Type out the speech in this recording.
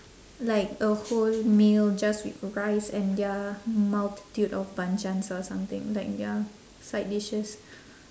like a whole meal just with rice and their multitude of banchans or something like ya side dishes